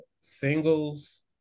singles